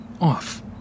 off